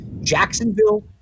Jacksonville –